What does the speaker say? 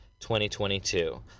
2022